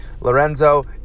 Lorenzo